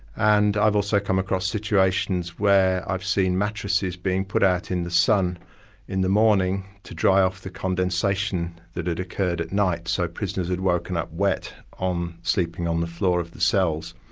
and i've also come across situations where i've seen mattresses being put out in the sun in the morning to dry off the condensation that had occurred at night. so prisoners had woken up wet, um sleeping on the floor of the cells.